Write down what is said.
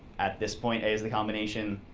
at this point, a is the combination,